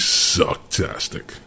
Sucktastic